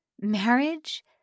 Marriage